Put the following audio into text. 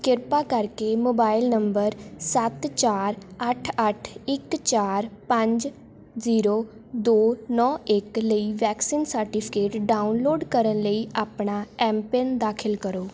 ਕਿਰਪਾ ਕਰਕੇ mobile number ਸੱਤ ਚਾਰ ਅੱਠ ਅੱਠ ਇੱਕ ਚਾਰ ਪੰਜ ਜ਼ੀਰੋ ਦੋ ਨੌ ਇੱਕ ਲਈ ਵੈਕਸੀਨ ਸਰਟੀਫਿਕੇਟ ਡਾਊਨਲੋਡ ਕਰਨ ਲਈ ਆਪਣਾ ਐੱਮਪਿੰਨ ਦਾਖਿਲ ਕਰੋ